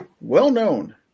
well-known